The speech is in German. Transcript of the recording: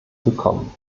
gekommen